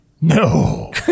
No